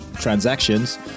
transactions